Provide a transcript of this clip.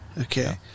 okay